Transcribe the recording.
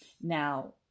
Now